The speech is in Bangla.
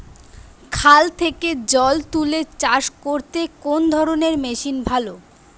খাল থেকে জল তুলে চাষ করতে কোন ধরনের মেশিন ভালো?